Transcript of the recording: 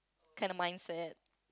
kind of mindset